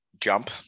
jump